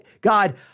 God